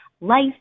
life